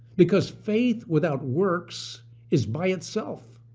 because faith without works is by itself.